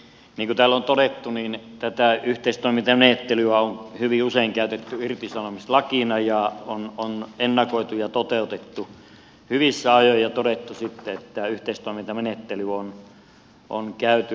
niin kuin täällä on todettu tätä yhteistoimintamenettelyä on hyvin usein käytetty irtisanomislakina ja on ennakoitu ja toteutettu hyvissä ajoin ja todettu sitten että tämä yhteistoimintamenettely on käyty läpi